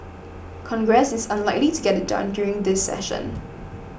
congress is unlikely to get it done during this session